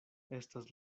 estas